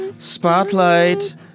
spotlight